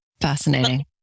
fascinating